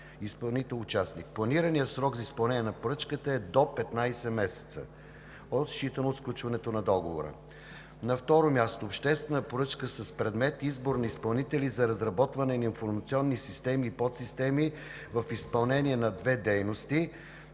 изпълнител участник. Планираният срок за изпълнение на поръчката е до 15 месеца, считано от сключването на договора. На второ място, обществена поръчка с предмет „Избор на изпълнители за разработване на информационни системи и подсистеми в изпълнение на две дейности“.